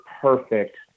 perfect